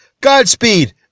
Godspeed